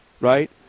right